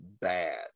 bad